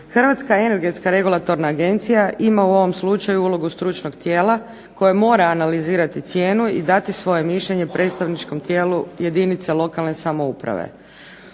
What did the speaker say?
Hrvatska energetska regulatorna agencija ima u ovom slučaju ulogu stručnog tijela, koje mora analizirati cijenu i dati svoje mišljenje predstavničkom tijelu jedinica lokalne samouprave.